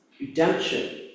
redemption